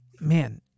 Man